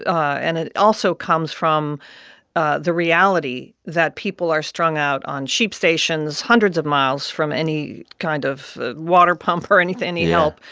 and it also comes from ah the reality that people are strung out on sheep stations hundreds of miles from any kind of water pump or any. yeah. any help,